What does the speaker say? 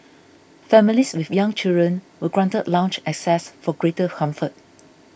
families with young children were granted lounge access for greater comfort